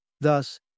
Thus